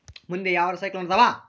ಮುಂದೆ ಯಾವರ ಸೈಕ್ಲೋನ್ ಅದಾವ?